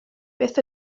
beth